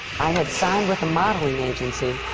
i had signed with a modeling agency,